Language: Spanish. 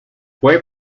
fue